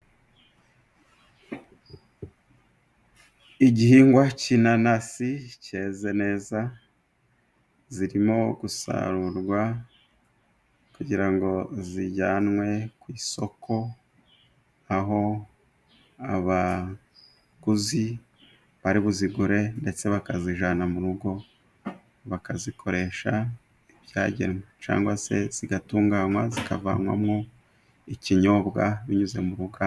Igihingwa k'inanasi keze neza, zirimo gusarurwa kugira ngo zijyanwe ku isoko aho abaguzi bari buzigure ndetse bakazijyana murugo bakazikoresha ibyagenwe cyangwa se zigatunganywa zikavanwamo ikinyobwa binyuze mu buganda.